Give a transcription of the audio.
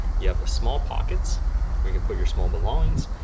you have the small pockets where you can put your small belongings.